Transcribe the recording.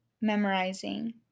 memorizing